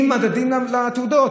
עם מדדים לתעודות.